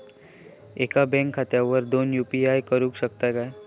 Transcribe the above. एका बँक खात्यावर दोन यू.पी.आय करुक शकतय काय?